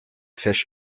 fish